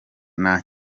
nta